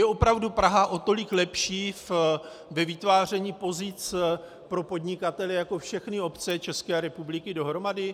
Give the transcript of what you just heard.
Je opravdu Praha o tolik lepší ve vytváření pozic pro podnikatele jako všechny obce České republiky dohromady?